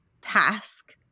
task